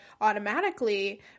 automatically